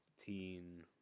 teen